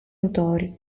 autori